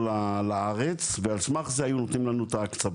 מביאים את ההסכמים פה לארץ ועל סמך זה היו נותנים לנו את ההקצבות,